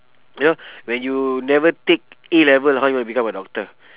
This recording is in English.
you know when you never take A-level how you wanna become a doctor